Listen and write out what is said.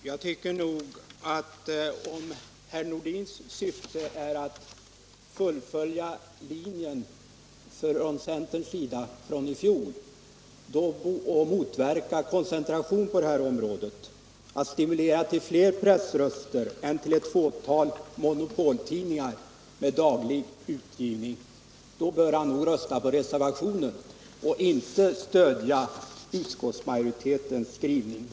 Herr talman! Om herr Nordins syfte är att fullfölja centerns linje från i fjol, motverka koncentration på detta område och stimulera till fler pressröster än ett fåtal monopoltidningar med daglig utgivning, bör han nog rösta på reservationen och inte stödja utskottsmajoritetens skrivning.